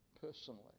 personally